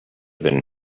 than